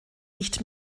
nicht